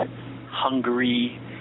Hungary